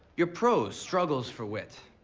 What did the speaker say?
your prose struggles for wit.